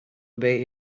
obey